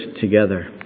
together